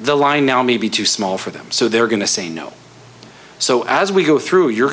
the line now may be too small for them so they're going to say no so as we go through you're